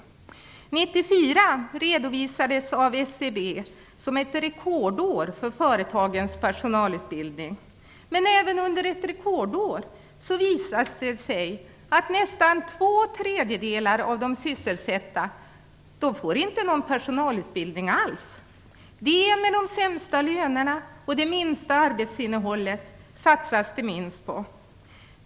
1994 redovisades av SCB som ett rekordår för företagens personalutbildning. Men även under ett rekordår visar det sig att nästan två tredjedelar av de sysselsatta inte får någon personalutbildning alls. De som har de sämsta lönerna och det minsta arbetsinnehållet satsas det minst på.